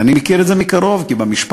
ואני מכיר את זה מקרוב כי במשפחה,